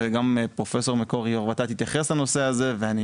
גם פרופסור מקורי יו"ר אתה תתייחס לנושא הזה ואני